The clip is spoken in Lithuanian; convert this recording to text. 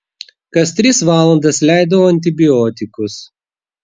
kas tris valandas leidau antibiotikus